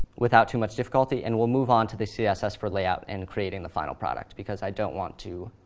without too much difficulty, and we'll move on to the css for layout and creating the final product, because i don't want to